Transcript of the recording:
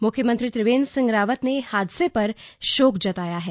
मुख्यमंत्री त्रिवेन्द्र सिंह रावत ने हादसे पर शोक जताया है